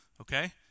okay